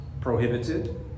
prohibited